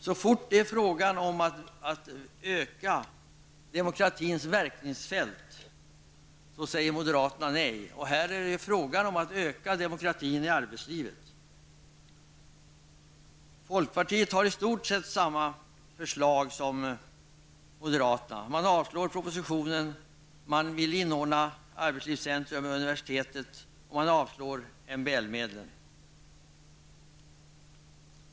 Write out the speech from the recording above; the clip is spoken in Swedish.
Så fort det är fråga om att öka demokratins verkningsfält säger moderaterna nej -- och här är det ju fråga om att öka demokratin i arbetslivet. Folkpartiet har i stort sett samma förslag som moderaterna. Man avstyrker propositionen, man vill inordna arbetslivscentrum under universitetet, och man avstyrker MBL-medlen.